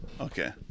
Okay